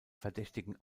verdächtigen